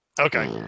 Okay